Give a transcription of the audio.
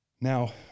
Now